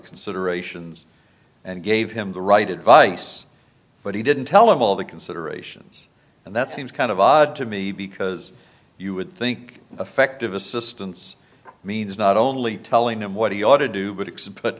considerations and gave him the right advice but he didn't tell of all the considerations and that seems kind of odd to me because you would think effective assistance means not only telling him what he ought to do but accept but